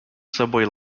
subway